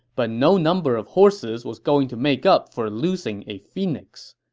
but no number of horses was going to make up for losing a phoenix.